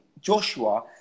Joshua